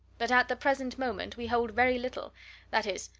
but at the present moment we hold very little that is,